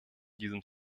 diesem